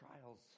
trials